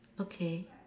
okay